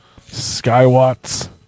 Skywatts